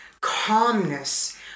calmness